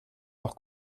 leurs